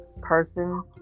person